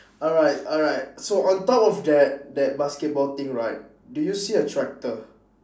alright alright so on top of that that basketball thing right do you see a tractor